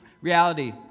reality